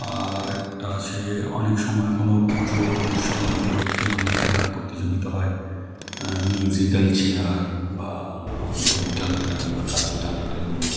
আর একটা আছে অনেক সময় কোনো পুজো অনুষ্ঠান উপলক্ষে অনেক খেলার প্রতিযোগিতা হয় মিউজিকাল চেয়ার বা দড়ি টানাটানি বা কাছি টানাটানি